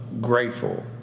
grateful